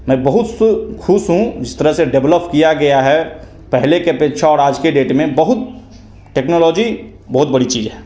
मैं बहुत सु ख़ुश हूँ जिस तरह से डेव्लौप किया गया है पहले की अपेक्षा और आज की डेट में बहुत टेक्नोलॉजी बहुत बड़ी चीज़ है